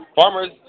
Farmers